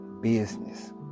Business